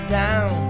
down